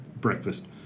breakfast